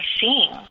seeing